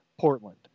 Portland